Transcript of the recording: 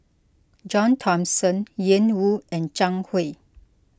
John Thomson Ian Woo and Zhang Hui